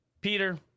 Peter